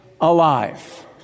alive